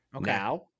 Now